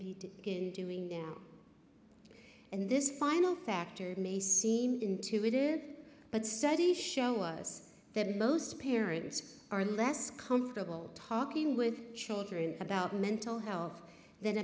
be doing there and this final factor may seem intuitive but studies show us that most parents are less comfortable talking with children about mental health than